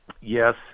yes